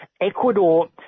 Ecuador